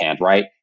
right